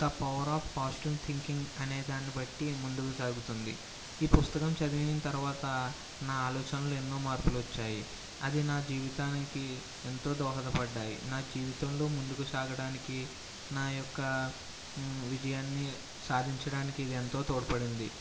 the power of positive thinking అనే దాన్ని బట్టి ముందుకు సాగుతుంది ఈ పుస్తకం చదివిన తరువాత నా ఆలోచనలు ఎన్నో మార్పులు వచ్చాయి అది నా జీవితానికి ఎంతో దోహదపడ్డాయి నా జీవితంలో ముందుకు సాగడానికి నా యొక్క విజయాన్ని సాధించడానికి ఇది ఎంతో తోడ్పడింది